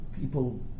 people